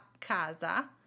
casa